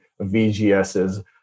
VGS's